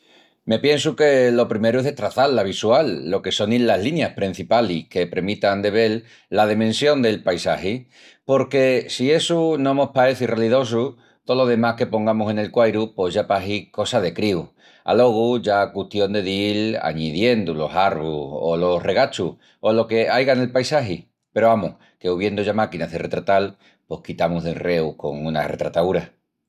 Me piensu que lo primeru es destraçal la visual, lo que sonin las linias prencipalis que premitan de vel la demensión del paisagi. Porque si essu no mos paeci ralidosu tolo demás que pongamus en el quairu pos ya pahi cosa de críus. Alogu ya custión de dil añidiendu los arvus o los regachus o lo que aiga nel paisagi. Peru, amus, que uviendu ya máquinas de retratal pos quitamus d'enreus con una retrataúra.